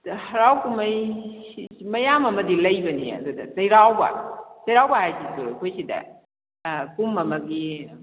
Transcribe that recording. ꯍꯔꯥꯎ ꯀꯨꯨꯝꯍꯩ ꯃꯌꯥꯝ ꯑꯃꯗꯤ ꯂꯩꯕꯅꯤ ꯑꯗꯨꯗ ꯆꯩꯔꯥꯎꯕ ꯆꯩꯔꯥꯎꯕ ꯍꯥꯏꯁꯤꯁꯨ ꯑꯩꯈꯣꯏ ꯁꯤꯗ ꯀꯨꯝ ꯑꯃꯒꯤ